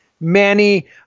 Manny